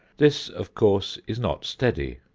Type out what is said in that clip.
this of course is not steady,